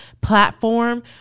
platform